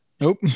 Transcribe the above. Nope